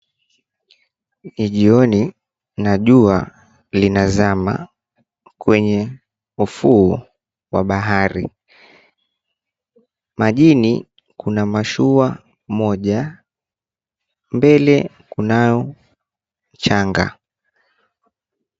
Ni jioni na jua linazama kwenye ufuu wa bahari. Majini kuna mashua moja, mbele kunao changa.